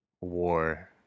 War